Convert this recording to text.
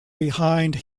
behind